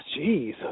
Jeez